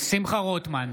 שמחה רוטמן,